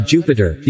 Jupiter